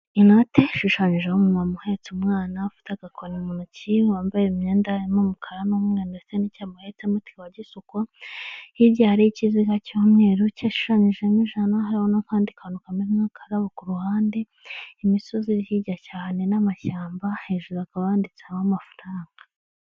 Inote ishushanyijeho umumama uhetse umwana ufite agakoni mu ntoki, wambaye imyenda irimo umukara n'umweru ndetse n'icyo amuhetsemo kikaba gisa uku, hirya hariho ikiziga cy'umweru gishushanyijemo ijana hariho n'akandi kantu kameze nk'akararabo ku ruhande, imisozi iri hirya cyane n'amashyamba, hejuru hakaba handitseho amafaranga.